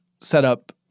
setup